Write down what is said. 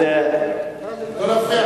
לא להפריע,